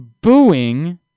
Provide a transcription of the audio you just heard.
booing